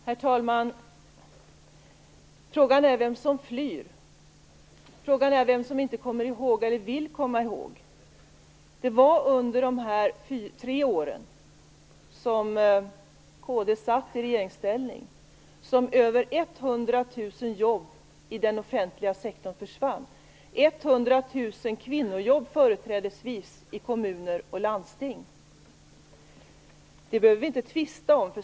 Herr talman! Frågan är vem som flyr. Frågan är vem som inte kommer ihåg eller inte vill komma ihåg. Det var under de tre år som kd satt i regeringsställning som över 100 000 jobb i den offentliga sektorn försvann - 100 000 kvinnojobb, företrädesvis, i kommuner och landsting. Det behöver vi inte tvista om.